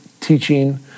teaching